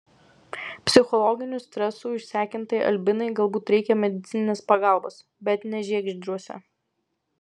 psichologinių stresų išsekintai albinai galbūt reikia medicininės pagalbos bet ne žiegždriuose